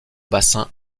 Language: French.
bassin